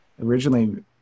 originally